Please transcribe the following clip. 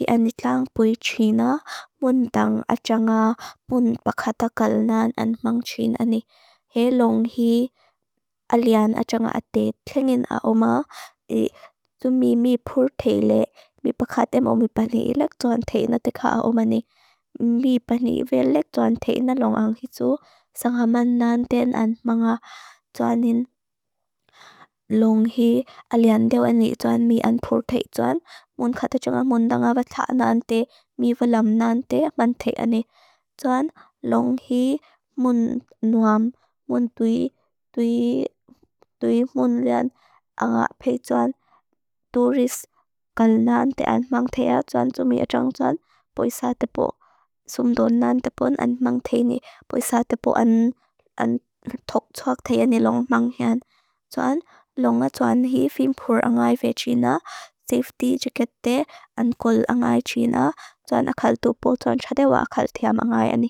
Hi aniklang pui tshina muntang a tsanga mun pakatakal nan an mang tshina ni. He loong hi alian a tsanga ate tlingin a oma. I tsumi mi pur teile mi pakatem omipani i lek tsuan teina teka a oma ni. Mipani velek tsuan teina loong ang hitu sanghaman nan ten an manga tsua nin. Loong hi alian deo ani tsuan mi an pur tei tsuan mun kata tsunga muntang a vatak na an te mi velam nan te a man tei a ni. Tsuan loong hi mun nuam mun tui tui tui mun lian a ngak pei tsuan turis kal nan te an mang te a tsuan tsumi a tsang tsuan. Pui sa te pu sumdun nan te pun an mang te i ni. Pui sa te pu an tok tsuak te i ni loong mang hi an. Tsuan loong a tsuan hi fim pur a ngai ve tshina. Safety jikete an kul a ngai tshina. Tsuan akal tupu tsuan tsade wa akal tiam a ngai a ni.